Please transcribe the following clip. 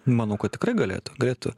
manau kad tikrai galėtų galėtų